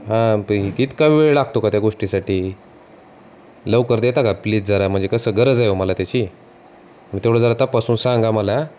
हां ब ही इतका वेळ लागतो का त्या गोष्टीसाठी लवकर देता का प्लीज जरा म्हणजे कसं गरज आहे हो मला त्याची मग तेवढं जरा तपासून सांगा मला